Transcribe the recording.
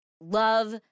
love